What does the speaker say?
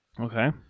Okay